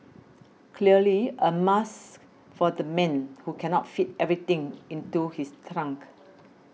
clearly a must for the man who cannot fit everything into his trunk